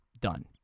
done